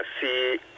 see